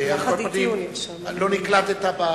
לא נקלטת.